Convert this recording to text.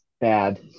bad